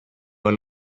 our